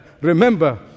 Remember